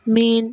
மீன்